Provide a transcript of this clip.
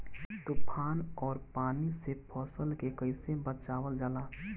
तुफान और पानी से फसल के कईसे बचावल जाला?